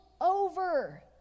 over